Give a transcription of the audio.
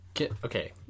Okay